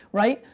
right?